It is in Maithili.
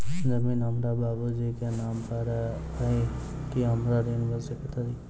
जमीन हमरा बाबूजी केँ नाम पर अई की हमरा ऋण मिल सकैत अई?